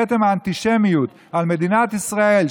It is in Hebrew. כתם האנטישמיות על מדינת ישראל,